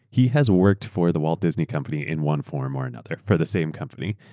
he has worked for the walt disney company in one form or another, for the same company,